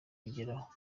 bigeraho